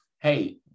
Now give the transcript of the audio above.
hey